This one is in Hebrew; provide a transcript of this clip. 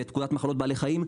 ואת פקודת מחלות בעלי חיים,